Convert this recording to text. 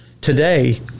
today